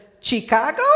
Chicago